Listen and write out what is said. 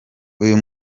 uyu